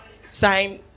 sign